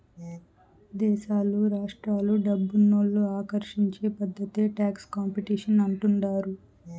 దేశాలు రాష్ట్రాలు డబ్బునోళ్ళు ఆకర్షించే పద్ధతే టాక్స్ కాంపిటీషన్ అంటుండారు